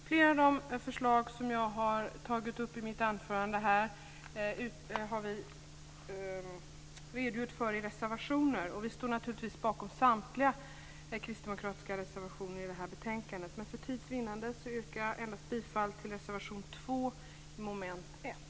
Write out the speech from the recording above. Flera av de förslag som jag har tagit upp i mitt anförande har vi redogjort för i reservationer. Vi står naturligtvis bakom samtliga kristdemokratiska reservationer i det här betänkandet. Men för tids vinnande yrkar jag bifall endast till reservation 2 under mom. 1.